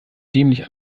dämlich